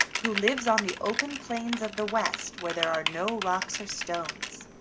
who lives on the open plains of the west where there are no rocks or stones.